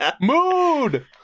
Mood